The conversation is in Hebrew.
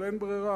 אבל אין ברירה,